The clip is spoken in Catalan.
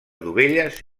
dovelles